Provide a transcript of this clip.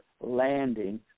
landing